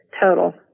total